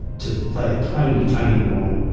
to play a tiny, tiny role